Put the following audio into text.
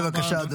בבקשה.